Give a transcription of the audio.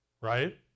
right